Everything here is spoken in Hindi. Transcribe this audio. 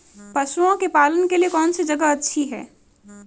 पशुओं के पालन के लिए कौनसी जगह अच्छी है?